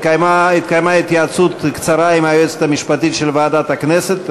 התקיימה התייעצות קצרה עם היועצת המשפטית של ועדת הכנסת,